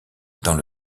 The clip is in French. dans